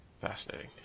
Fascinating